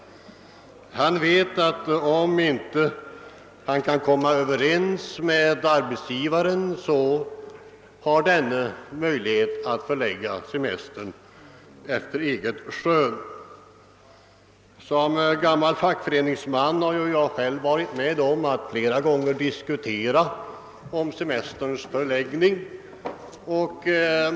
Han vet, att om han inte kan komma överens med arbetsgivaren, så har denne möjlighet att förlägga semestern efter eget skön. Som gammal fackföreningsman har jag själv flera gånger varit med om att diskutera frågan om semesterns förläggning.